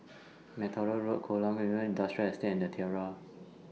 MacTaggart Road Kolam Ayer Industrial Estate and The Tiara